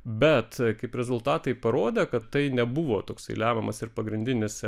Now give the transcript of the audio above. bet kaip rezultatai parodė kad tai nebuvo toksai lemiamas ir pagrindinis